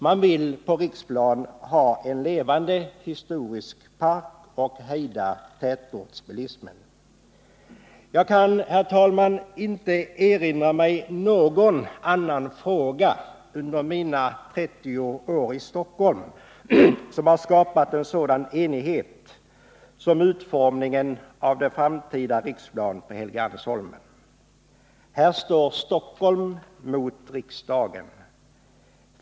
Man vill på Riksplan ha en levande historisk park och hejda tätortsbilismen. Jag kan, herr talman, inte erinra mig någon annan fråga under mina 30 år i Stockholm som har skapat en sådan enighet som utformningen av den framtida Riksplan på Helgeandsholmen. Här står Stockholm mot riksdagen.